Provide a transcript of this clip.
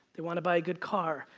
they want to buy a good car.